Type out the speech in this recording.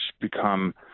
become